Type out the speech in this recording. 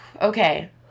okay